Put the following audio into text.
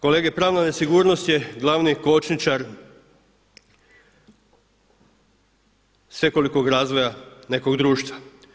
Kolege pravna nesigurnost je glavni kočničar svekolikog razvoja nekog društva.